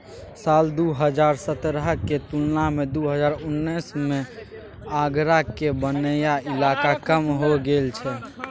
साल दु हजार सतरहक तुलना मे दु हजार उन्नैस मे आगराक बनैया इलाका कम हो गेल छै